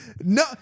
No